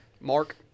Mark